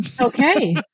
Okay